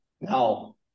now